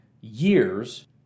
years